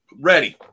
Ready